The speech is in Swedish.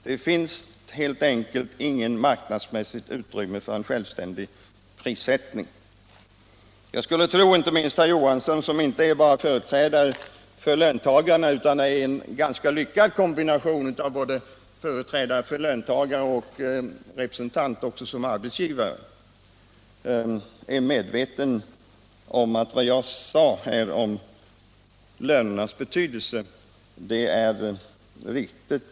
Det finns helt enkelt inte marknadsmässigt utrymme för en självständig prissättning.” Jag skulle tro att inte minst herr Johansson — som är en ganska lyckad kombination av företrädare för löntagarna och arbetsgivare — är medveten om att vad jag sade om lönernas betydelse är riktigt.